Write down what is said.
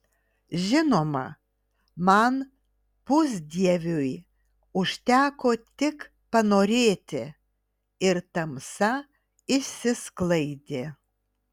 žinoma man pusdieviui užteko tik panorėti ir tamsa išsisklaidė